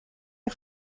est